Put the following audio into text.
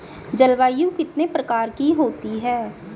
जलवायु कितने प्रकार की होती हैं?